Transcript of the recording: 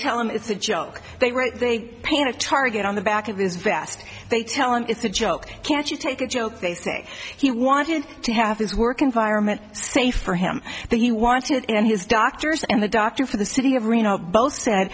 tell him it's a joke they write they paint a target on the back of this vest they tell him it's a joke can't you take a joke they say he wanted to have his work environment safe for him that he wanted in his doctors and the doctor for the city of reno both said